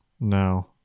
no